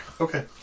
Okay